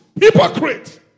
hypocrite